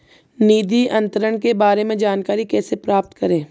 निधि अंतरण के बारे में जानकारी कैसे प्राप्त करें?